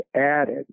added